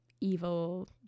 evil